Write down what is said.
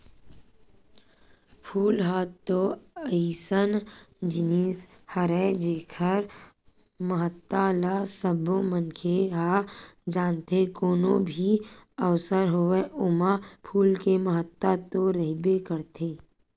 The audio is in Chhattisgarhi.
फूल ह तो अइसन जिनिस हरय जेखर महत्ता ल सबो मनखे ह जानथे, कोनो भी अवसर होवय ओमा फूल के महत्ता तो रहिबे करथे